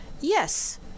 yes